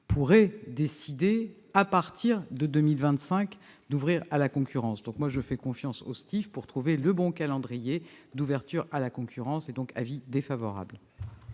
pourrait décider, à partir de 2025, d'ouvrir la ligne à la concurrence. Pour ma part, je fais confiance au STIF pour fixer le bon calendrier d'ouverture à la concurrence. Avis défavorable.